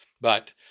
But